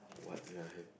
what sia